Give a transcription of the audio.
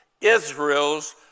Israel's